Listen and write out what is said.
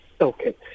Okay